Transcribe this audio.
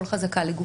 כל חזקה לגופה.